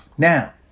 Now